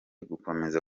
gukomeza